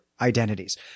identities